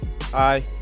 Hi